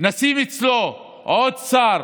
נשים אצלו עוד שר